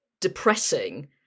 depressing